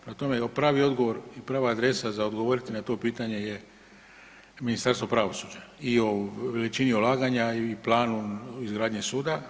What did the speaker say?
Prema tome, pravi odgovor i prava adresa za odgovoriti na pitanje je Ministarstvo pravosuđa i o veličini ulaganja i planu izgradnju suda.